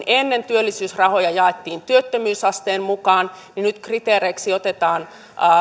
ennen työllisyysrahoja jaettiin työttömyysasteen mukaan niin nyt kriteereiksi otetaan